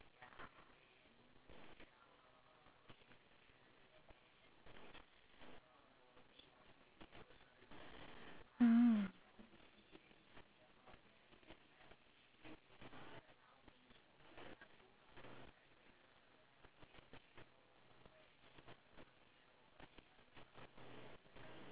mm